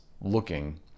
looking